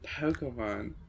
Pokemon